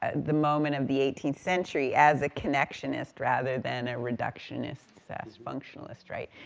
ah the moment of the eighteenth century as a connectionist, rather than a reductionist, so that's functionalist, right.